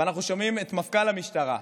ואנחנו שומעים את מפכ"ל המשטרה,